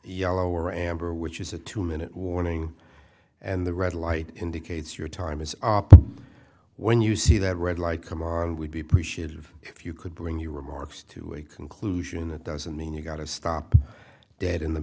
yellow or amber which is a two minute warning and the red light indicates your time is up when you see that red light come on would be appreciative if you could bring your remarks to a conclusion that doesn't mean you've got to stop dead in the